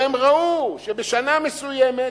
והם ראו שבשנה מסוימת,